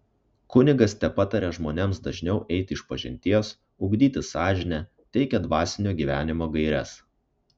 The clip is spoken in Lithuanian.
kunigas tepataria žmonėms dažniau eiti išpažinties ugdyti sąžinę teikia dvasinio gyvenimo gaires